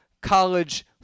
college